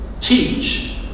teach